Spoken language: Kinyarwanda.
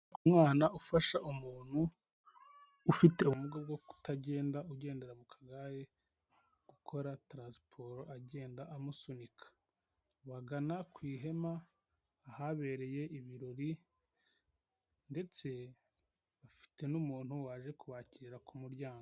Umwana ufasha umuntu ufite ubumuga bwo kutagenda ugendera mu kagare gukora taransiporo agenda amusunika bagana ku ihema ahabereye ibirori ndetse afite n'umuntu waje kubakira ku muryango.